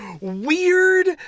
weird